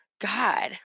God